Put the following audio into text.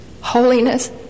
holiness